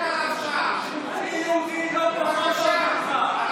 --- אני יהודי לא פחות טוב ממך.